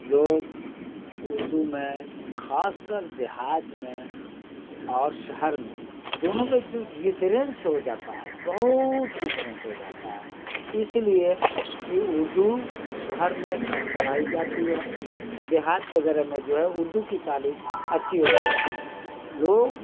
لوگ اردو میں خاص کر دیہات میں اور شہر میں دونوں میں جو ڈفرینس ہو جاتا ہے بہت ڈفرینس ہو جاتا ہے اس لیے کہ اردو شہر میں کم پڑھائی جاتی ہے دیہات وغیرہ میں جو ہے اردو کی تعلیم اچھی ہوتی ہے لوگ